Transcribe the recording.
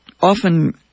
often